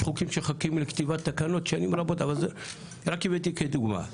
יש חוקים שמחכים לכתיבת תקנות שנים רבות אבל רק הבאתי כדוגמא.